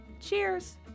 Cheers